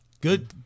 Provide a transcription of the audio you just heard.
good